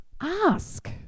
ask